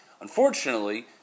Unfortunately